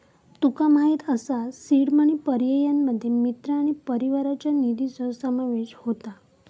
तुका माहित असा seed money पर्यायांमध्ये मित्र आणि परिवाराच्या निधीचो समावेश होता